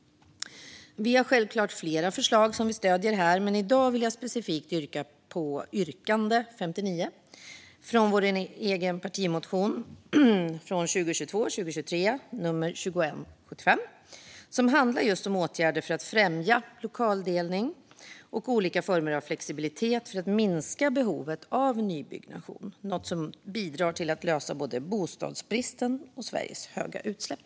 Vi har självklart flera förslag som vi stöder, men i dag vill jag specifikt yrka bifall till reservation 4 med ett yrkande från vår partimotion 2022/23:2175 som handlar just om åtgärder för att främja lokaldelning och olika former av flexibilitet för att minska behovet av nybyggnation, något som bidrar till att lösa både bostadsbristen och Sveriges höga utsläpp.